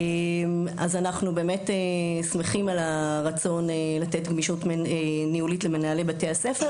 אנחנו באמת שמחים על הרצון לתת גמישות ניהולית למנהלי בתי הספר.